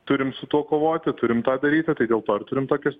turim su tuo kovoti turim tą daryti tai dėl to ir turim tokius